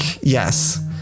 yes